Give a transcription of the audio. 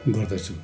गर्दछु